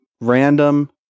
Random